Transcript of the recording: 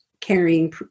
carrying